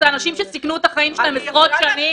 אלה אנשים שסיכנו את החיים שלהם עשרות שנים.